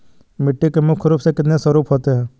मिट्टी के मुख्य रूप से कितने स्वरूप होते हैं?